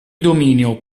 dominio